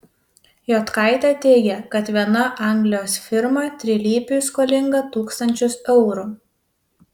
jotkaitė teigė kad viena anglijos firma trilypiui skolinga tūkstančius eurų